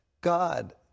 God